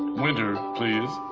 winter, please.